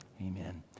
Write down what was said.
Amen